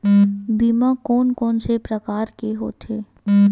बीमा कोन कोन से प्रकार के होथे?